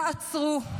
תעצרו.